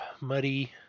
muddy